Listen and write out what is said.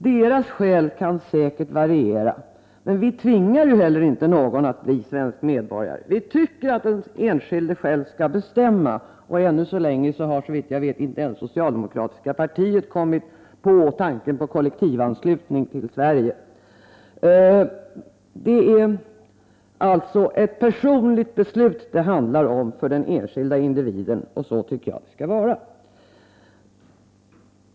Deras skäl kan säkert variera, och vi tvingar ju inte någon att bli svensk medborgare. Vi tycker att den enskilde själv skall bestämma; ännu så länge har såvitt jag vet inte ens det socialdemokratiska partiet kommit på tanken om kollektivanslutning till Sverige. Det handlar alltså om ett personligt beslut för den enskilda individen, och så tycker jag att det skall vara.